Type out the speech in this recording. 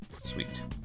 Sweet